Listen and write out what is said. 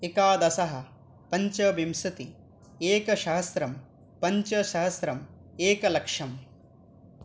एकादश पञ्चविंशतिः एकसहस्रं पञ्चसहस्रम् एकलक्षम्